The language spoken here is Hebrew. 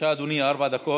בבקשה, אדוני, ארבע דקות.